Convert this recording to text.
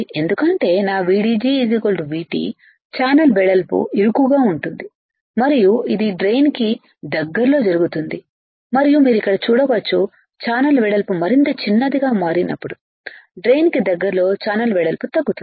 ఎందుకంటే నా VDG VTఛానల్ వెడల్పు ఇరుకుగా ఉంటుంది మరియు ఇది డ్రెయిన్ కు దగ్గరల్లో జరుగుతుంది మరియు మీరు ఇక్కడ చూడవచ్చు ఛానల్ వెడల్పు మరింత చిన్నదిగా మారినప్పుడు డ్రెయిన్ కు దగ్గరల్లో ఛానల్ వెడల్పు తగ్గుతుంది